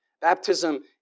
Baptism